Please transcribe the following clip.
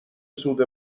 سود